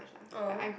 !aww!